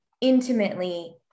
intimately